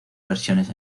versiones